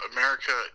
America